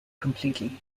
completely